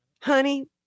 Honey